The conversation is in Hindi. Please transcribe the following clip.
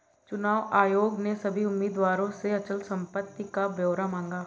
चुनाव आयोग ने सभी उम्मीदवारों से अचल संपत्ति का ब्यौरा मांगा